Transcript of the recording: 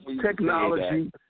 Technology